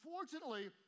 Unfortunately